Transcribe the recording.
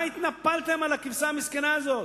מה התנפלתם על הכבשה המסכנה הזאת?